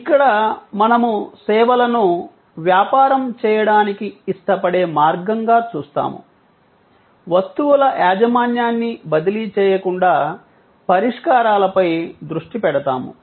ఇక్కడ మనము సేవలను వ్యాపారం చేయడానికి ఇష్టపడే మార్గంగా చూస్తాము వస్తువుల యాజమాన్యాన్ని బదిలీ చేయకుండా పరిష్కారాలపై దృష్టి పెడతాము